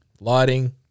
lighting